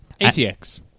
ATX